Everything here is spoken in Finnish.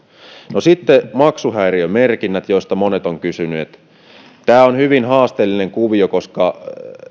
sitten maksuhäiriömerkinnät joista monet ovat kysyneet tämä on hyvin haasteellinen kuvio koska